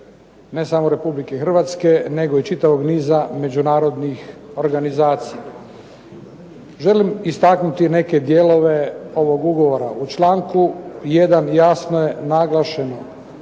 ne samo RH nego i čitavog niza međunarodnih organizacija. Želim istaknuti neke dijelove ovog ugovora. U čl. 1. jasno je naglašeno